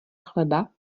chleba